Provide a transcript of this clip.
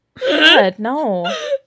No